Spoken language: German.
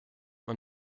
man